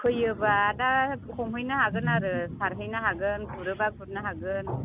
फैयोब्ला दा हमहैनो हागोन आरो सारहैनो हागोन गुरोब्ला गुरनो हागोन